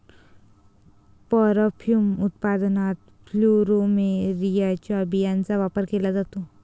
perfume उत्पादनात प्लुमेरियाच्या फुलांचा वापर केला जातो